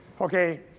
Okay